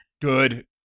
Good